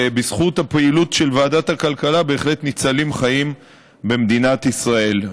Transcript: ובזכות הפעילות של ועדת הכלכלה בהחלט ניצלים חיים במדינת ישראל.